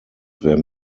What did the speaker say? wer